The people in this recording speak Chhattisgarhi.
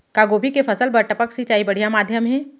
का गोभी के फसल बर टपक सिंचाई बढ़िया माधयम हे?